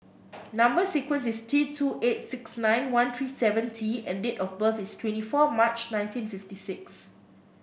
number sequence is T two eight six nine one three seven T and date of birth is twenty four March nineteen fifty six